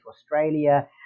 Australia